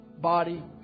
body